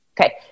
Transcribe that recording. Okay